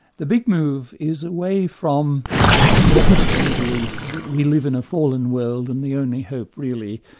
the big move is away from the christian belief that we live in a fallen world and the only hope really,